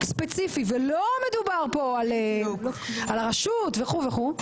ספציפי ולא מדובר פה על הרשות וכו' וכו',